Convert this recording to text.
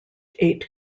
eight